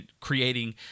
creating